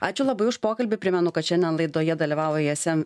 ačiū labai už pokalbį primenu kad šiandien laidoje dalyvavo ism